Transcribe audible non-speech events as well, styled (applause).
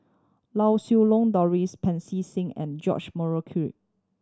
Lau Siew Long Doris Pancy Seng and George Murray (unintelligible)